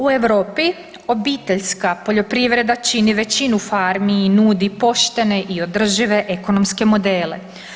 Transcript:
U Europi obiteljska poljoprivreda čini većini farmi i nudi poštene i održive ekonomske modele.